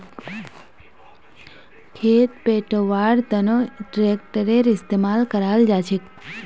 खेत पैटव्वार तनों ट्रेक्टरेर इस्तेमाल कराल जाछेक